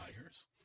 buyers